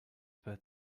but